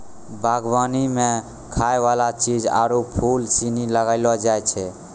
बागवानी मे खाय वाला चीज आरु फूल सनी लगैलो जाय छै